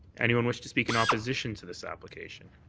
anyone wish to speak in opposition to this application?